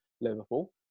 Liverpool